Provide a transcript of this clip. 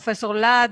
פרופ' להד,